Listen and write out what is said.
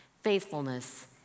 faithfulness